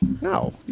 No